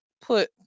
put